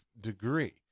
degree